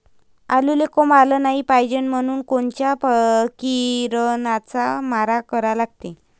आलूले कोंब आलं नाई पायजे म्हनून कोनच्या किरनाचा मारा करा लागते?